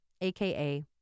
AKA